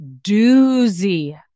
doozy